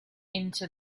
into